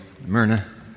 Myrna